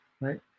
right